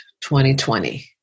2020